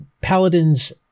Paladins